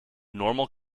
normal